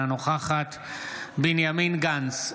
אינה נוכחת בנימין גנץ,